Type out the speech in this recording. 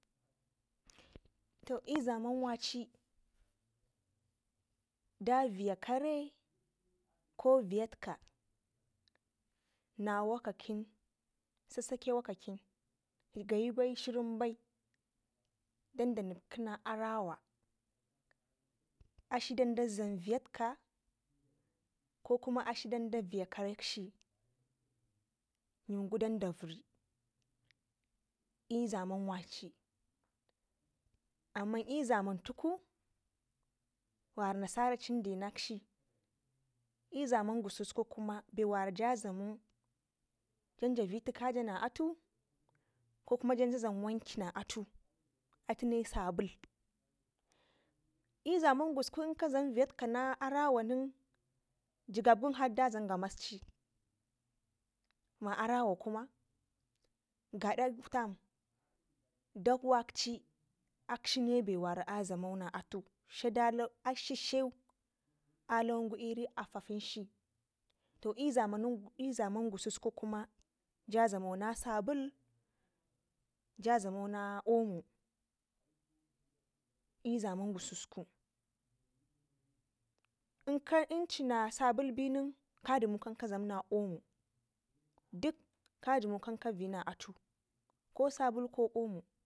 To i'zaman waci daviyya kare ko viyyadtika nawa kakən sassake wakakakən kayibai shirin bai danda nip ina arawa akshi dan da dlam viyyad tika kokuna akshi dan da viyyi karekshi yəmgu dan da vərri i'zaman waci amman i'zaman tu wara nasaraucin denakshi i'zaman gususku ko kuma bewanaja dlamo janja viyyi tikka jana atu kokuma janja dlam wanki na atu atume sabul, i'zaman gusku inka dlam viyyad tikka na arawa nen jigab wun har da dlam gamasci ma arawa kuma gadda tam dakwaci akshine bewara a dlamau na atu akshi dlau a lawangu in afufkinkshi to i'zaman i'zaman gusku ko kuma ja dlamo na sabul na ja dlamo omo i'zaman gususku i'n cina sabul benin kadumudu kadlam na omo dik kadumu kanka viyyi na atu ko sabul ko omo